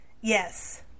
yes